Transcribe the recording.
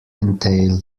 entail